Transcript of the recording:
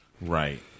right